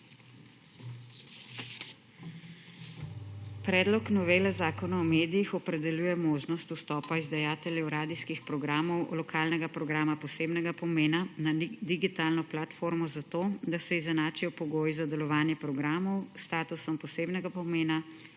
Predlog novele Zakona o medijih opredeljuje možnost vstopa izdajateljev radijskih programov lokalnega programa posebnega pomena na digitalno platformo, zato da se izenačijo pogoji za delovanje programov s statusom posebnega pomena